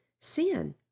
sin